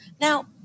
Now